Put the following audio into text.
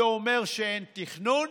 זה אומר שאין תכנון,